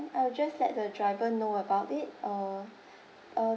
I will just let the driver know about it uh uh